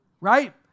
right